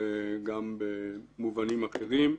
גם במובנים אחרים.